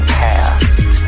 past